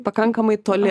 pakankamai toli